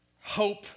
Hope